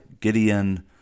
Gideon